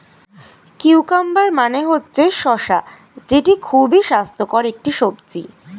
cucumber মানে হচ্ছে শসা যেটা খুবই স্বাস্থ্যকর একটি সবজি